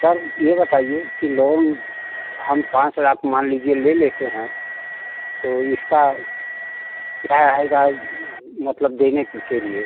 sir ये बताइए कि लोन हम पाँच लाख मान लीजिए ले लेते हैं तो इसका क्या आएगा मतलब देने के लिए